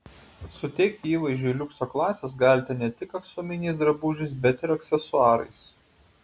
suteikti įvaizdžiui liukso klasės galite ne tik aksominiais drabužiais bet ir aksesuarais